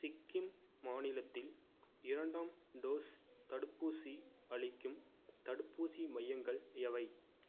சிக்கிம் மாநிலத்தில் இரண்டாம் டோஸ் தடுப்பூசி அளிக்கும் தடுப்பூசி மையங்கள் எவை